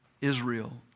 Israel